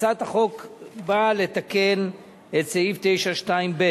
הצעת החוק באה לתקן את סעיף 9(2)(ב)